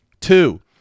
Two